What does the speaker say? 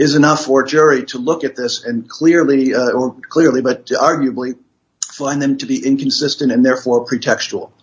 is enough for a jury to look at this and clearly clearly but arguably find them to be inconsistent and therefore pretext